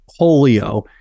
polio